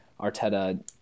Arteta